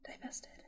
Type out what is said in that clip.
divested